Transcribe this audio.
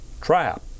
trap